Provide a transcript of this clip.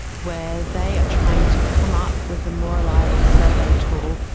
where they are trying to come up with a more reliable survey tool,